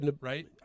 right